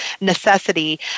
Necessity